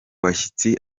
bashyitsi